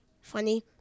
funny